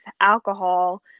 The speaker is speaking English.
alcohol